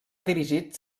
dirigit